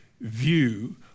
view